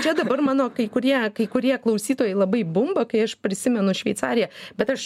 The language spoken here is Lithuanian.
čia dabar mano kai kurie kai kurie klausytojai labai bumba kai aš prisimenu šveicariją bet aš